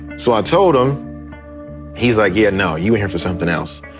so i told him he's like, yeah. now you here for something else?